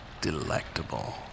Delectable